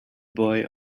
boy